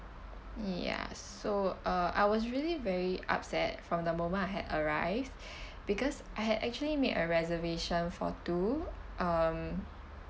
ya so uh I was really very upset from the moment I had arrived because I had actually made a reservation for two um